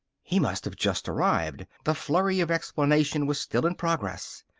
he must have just arrived. the flurry of explanation was still in progress.